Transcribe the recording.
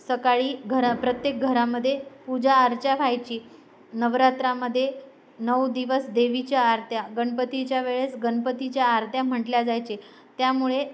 सकाळी घरा प्रत्येक घरामध्ये पूजाअर्चा व्हायची नवरात्रामध्ये नऊ दिवस देवीच्या आरत्या गणपतीच्या वेळेस गणपतीच्या आरत्या म्हटल्या जायचे त्यामुळे